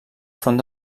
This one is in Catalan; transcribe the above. front